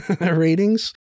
Ratings